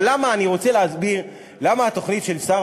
אבל אני רוצה להסביר למה התוכנית של שר